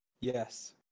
Yes